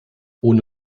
ohne